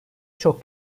çok